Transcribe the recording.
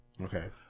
Okay